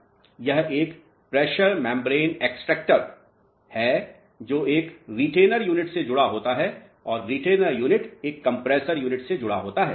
यह एक pressure membrane extractor है जो एक रीटेनर यूनिट से जुड़ा होता है और रीटेनर यूनिट एक कंप्रेसर यूनिट से जुड़ा होता है